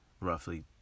roughly